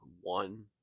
one